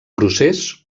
procés